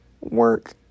work